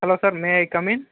hello sir may I come in